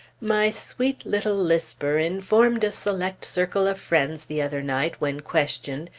my sweet little lisper informed a select circle of friends the other night, when questioned,